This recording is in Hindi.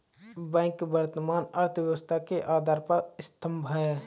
बैंक वर्तमान अर्थव्यवस्था के आधार स्तंभ है